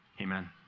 Amen